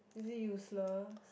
is it useless